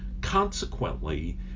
Consequently